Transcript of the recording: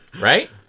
right